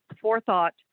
forethought